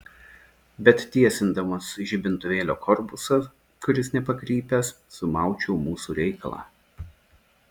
bet tiesindamas žibintuvėlio korpusą kuris nepakrypęs sumaučiau mūsų reikalą